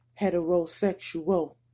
heterosexual